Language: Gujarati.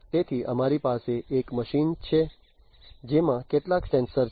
તેથી અમારી પાસે એક મશીન 1 છે જેમાં કેટલાક સેન્સર છે